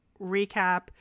recap